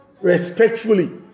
respectfully